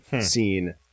scene